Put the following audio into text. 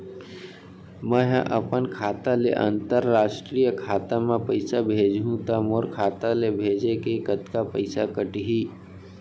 मै ह अपन खाता ले, अंतरराष्ट्रीय खाता मा पइसा भेजहु त मोर खाता ले, भेजे के कतका पइसा कटही?